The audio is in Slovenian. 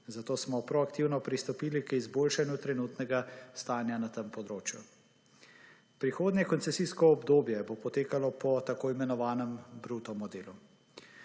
Zato smo proaktivno pristopili k izboljšanju trenutnega stanja na tem področju. Prihodnje koncesijsko obdobje bo potekalo po t.i. bruto modelu.